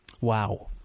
Wow